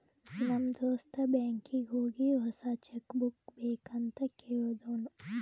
ನಮ್ ದೋಸ್ತ ಬ್ಯಾಂಕೀಗಿ ಹೋಗಿ ಹೊಸಾ ಚೆಕ್ ಬುಕ್ ಬೇಕ್ ಅಂತ್ ಕೇಳ್ದೂನು